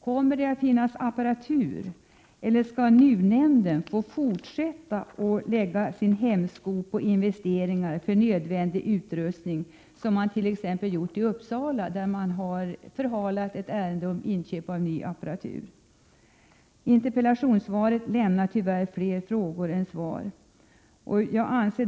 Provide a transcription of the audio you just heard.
Kommer det att finnas apparatur, eller skall NUU-nämnden få fortsätta att lägga sin hämsko på investeringar för nödvändig utrustning, som man t.ex. gjort i Uppsala där man förhalat inköp av ny apparatur? Interpellationssvaret lämnar tyvärr fler frågor än svar.